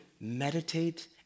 meditate